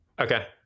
Okay